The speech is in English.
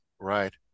Right